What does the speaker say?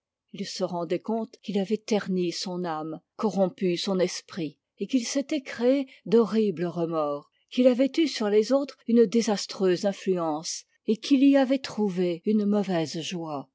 se rendait compte qu'il avait terni son âme corrompu son esprit et qu'il s'était créé d'horribles remords qu'il avait eu sur les autres une désastreuse influence et qu'il y avait trouvé une mauvaise joie